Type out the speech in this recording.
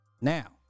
Now